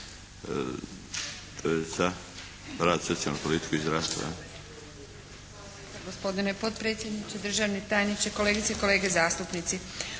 … rad, socijalnu politiku i zdravstvo.